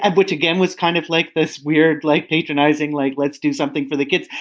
and which again, was kind of like this weird, like patronizing, like let's do something for the kids.